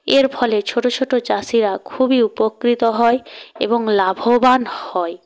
এর ফলে ছোটো ছোটো চাষিরা খুবই উপকৃত হয় এবং লাভবান হয়